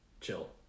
chill